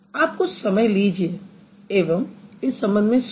आप कुछ समय लीजिये एवं इस संबंध में सोचिए